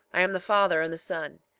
i am the father and the son.